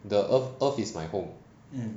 the earth earth is my home